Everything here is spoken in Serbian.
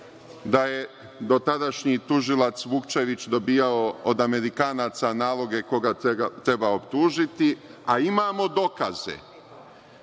da je dotadašnji tužilac Vukčević dobijao od Amerikanaca naloge koga treba optužiti, a imamo dokaze